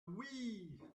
wii